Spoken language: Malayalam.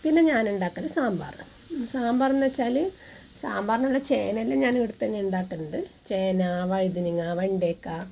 പിന്നെ ഞാൻ ഉണ്ടാകുന്ന സാമ്പാർ സാമ്പാർ എന്നു വെച്ചാൽ സാമ്പാറിൽ നല്ല ചേനയെല്ലാം ഞാൻ ഇവിടെ തന്നെ ഉണ്ടാകുന്നത് ചേന വഴുതനങ്ങ വെണ്ടക്ക